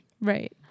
right